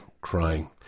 crying